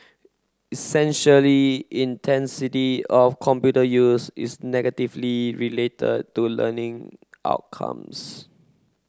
essentially intensity of computer use is negatively related to learning outcomes